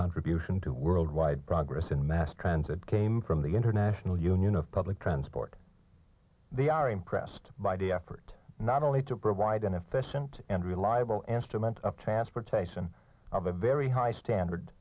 contribution to worldwide progress in mass transit came from the international union of public transport they are impressed by the effort not only to provide an efficient and reliable estimate of transportation of a very high standard